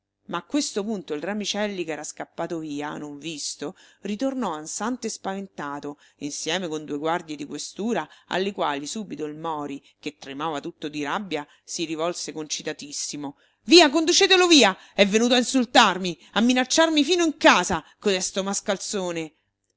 ma a questo punto il ramicelli ch'era scappato via non visto ritornò ansante e spaventato insieme con due guardie di questura alle quali subito il mori che tremava tutto di rabbia si rivolse concitatissimo via conducetelo via è venuto a insultarmi a minacciarmi fino in casa codesto mascalzone